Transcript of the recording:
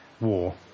war